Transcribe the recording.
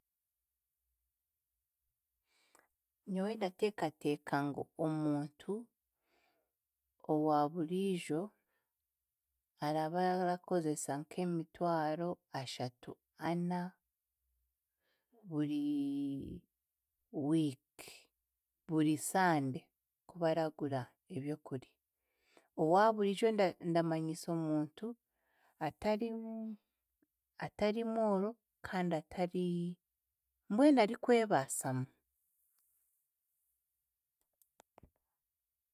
Nyowe ndateekateeka ngu omuntu owa buriijo, araba arakozesa nk'emitwaro ashatu, ana buri wiiki, buri sande kuba aragura ebyokurya. Owaaburiijo nda- ndamanyiisa omuntu atarimu atari mworo kandi atari mbwenu arikwebaasamu.